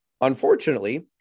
Unfortunately